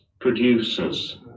producers